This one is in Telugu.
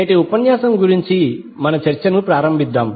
నేటి ఉపన్యాసం గురించి మన చర్చను ప్రారంభిద్దాం